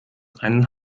einen